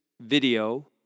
video